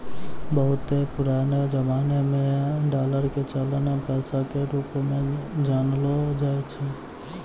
बहुते पुरानो जमाना से डालर के चलन पैसा के रुप मे जानलो जाय छै